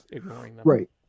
Right